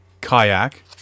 kayak